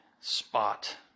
spot